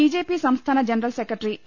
BJP സംസ്ഥാന general secretary A